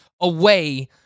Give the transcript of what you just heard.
away